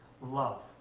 love